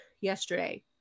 yesterday